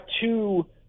two